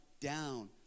down